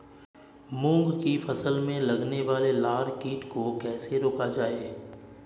मूंग की फसल में लगने वाले लार कीट को कैसे रोका जाए?